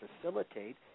facilitate